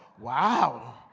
wow